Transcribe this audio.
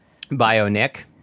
BioNick